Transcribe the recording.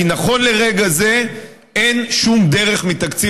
כי נכון לרגע זה אין שום דרך מתקציב